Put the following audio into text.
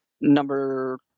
Number